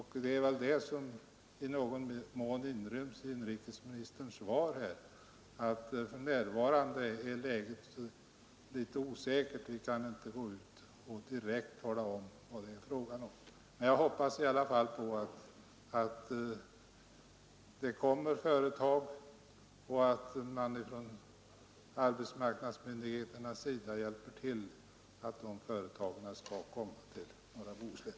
I någon mån är det väl detta som inryms i inrikesministerns svar att läget för närvarande är litet osäkert, varför vi inte direkt kan gå ut och tala om vad det är fråga om. Jag hoppas i alla fall att företag skall komma och att arbetsmarknadsmyndigheterna hjälper till att förbättra situationen för norra Bohuslän.